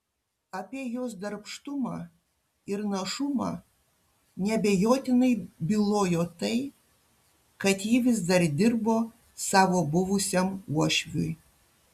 apie jos darbštumą ir našumą neabejotinai bylojo tai kad ji vis dar dirbo savo buvusiam uošviui